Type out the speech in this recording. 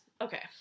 Okay